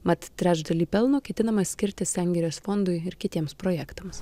mat trečdalį pelno ketinama skirti sengirės fondui ir kitiems projektams